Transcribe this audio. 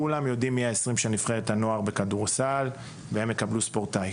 כולם יודעים מי ה-20 של נבחרת הנוער בכדורסל והם יקבלו מעמד ספורטאי.